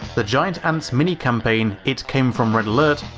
the giant ants minicampaign it came from red alert!